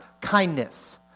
kindness